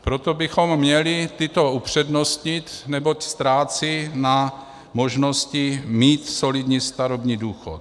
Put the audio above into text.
Proto bychom měli tyto upřednostnit, neboť ztrácí na možnosti mít solidní starobní důchod.